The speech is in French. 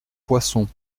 poisson